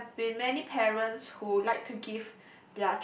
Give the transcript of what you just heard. there have been many parents who like to give